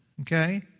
Okay